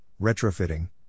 retrofitting